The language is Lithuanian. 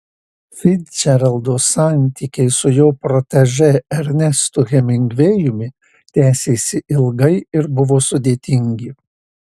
ficdžeraldo santykiai su jo protežė ernestu hemingvėjumi tęsėsi ilgai ir buvo sudėtingi